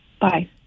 Bye